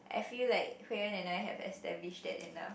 I feel like Hui-En and I have established that enough